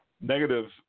negative